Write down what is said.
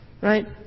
Right